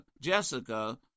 Jessica